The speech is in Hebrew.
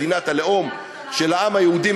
מדינת הלאום של העם היהודי,